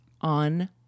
on